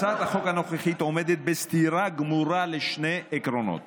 הצעת החוק הנוכחית עומדת בסתירה גמורה לשני עקרונות